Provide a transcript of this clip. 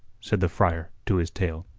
said the friar to his tale.